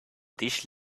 dish